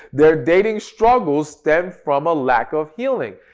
their dating struggles stem from a lack of healing.